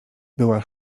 była